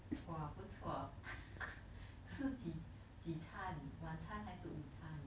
!wah! 不错 吃几几餐晚餐还是午餐